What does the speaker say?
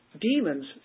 Demons